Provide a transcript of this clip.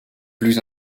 plus